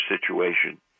situation